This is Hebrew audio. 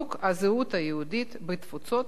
לחיזוק הזהות היהודית בתפוצות,